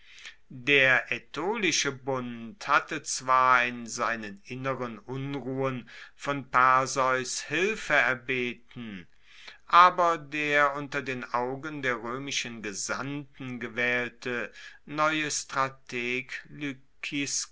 der aetolische bund hatte zwar in seinen inneren unruhen von perseus hilfe erbeten aber der unter den augen der roemischen gesandten gewaehlte neue strateg